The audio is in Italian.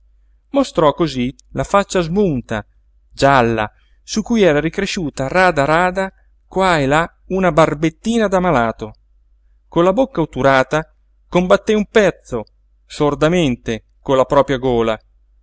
mostrò cosí la faccia smunta gialla su cui era ricresciuta rada rada qua e là una barbettina da malato con la bocca otturata combatté un pezzo sordamente con la propria gola